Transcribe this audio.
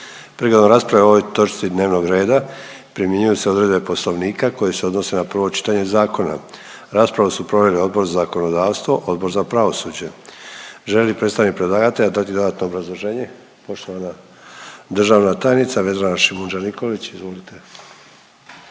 Prigodom rasprave o ovoj točci dnevnog reda primjenjuju se odredbe Poslovnika koje se odnose na prvo čitanje zakona. Raspravu su proveli Odbor za zakonodavstvo, Odbor za pravosuđe. Želi li predstavnik predlagatelja dati dodatno obrazloženje? Poštovana državna tajnica, Vedrana Šimundža Nikolić, izvolite.